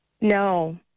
No